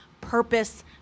purpose